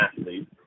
athlete